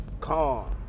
calm